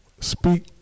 Speak